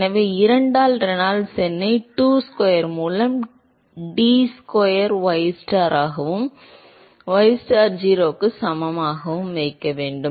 எனவே 2 ஆல் ரெனால்ட்ஸ் எண்ணை டு ஸ்கொயர் மூலம் டி ஸ்கொயர் ystar ஆகவும் ystar 0 க்கு சமமாகவும் இருக்கும்